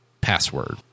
password